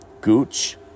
Gooch